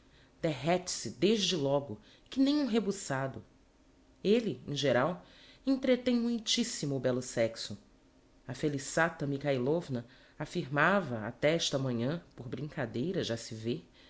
damas derrete se desde logo que nem um rebuçado elle em geral entretem muitissimo o bello sexo a felissata mikhailovna affirmava até esta manhã por brincadeira já se vê